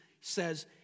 says